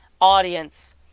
audience